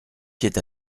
pied